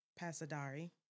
Pasadari